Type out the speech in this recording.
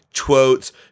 Quotes